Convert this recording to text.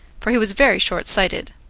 for he was very short sighted.